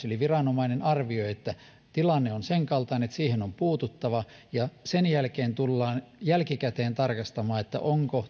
eli viranomainen arvioi että tilanne on sen kaltainen että siihen on puututtava ja sen jälkeen tullaan jälkikäteen tarkastamaan onko toimittu